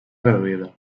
reduïda